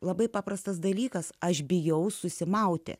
labai paprastas dalykas aš bijau susimauti